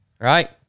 right